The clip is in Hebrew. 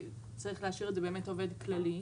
צריך להשאיר את זה "עובד כללי",